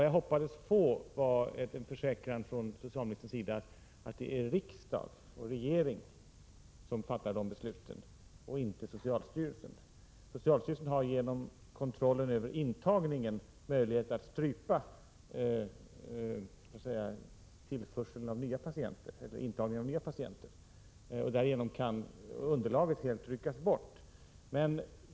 Jag hoppades få en försäkran från socialministerns sida att det är riksdag och regering som fattar de besluten, och inte socialstyrelsen. Socialstyrelsen har genom kontrollen över intagningen av nya patienter möjlighet att strypa denna, och därigenom kan underlaget helt ryckas bort.